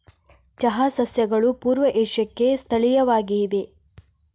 ಚಹಾ ಸಸ್ಯಗಳು ಪೂರ್ವ ಏಷ್ಯಾಕ್ಕೆ ಸ್ಥಳೀಯವಾಗಿವೆ